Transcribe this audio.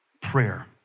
prayer